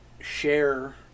share